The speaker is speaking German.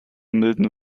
milden